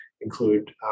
include